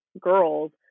girls